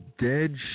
dead